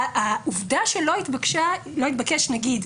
העובדה שלא התבקש נגיד,